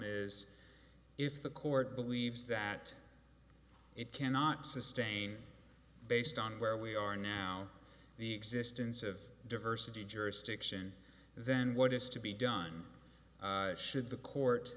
is if the court believes that it cannot sustain based on where we are now the existence of diversity jurisdiction then what is to be done should the court